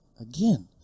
again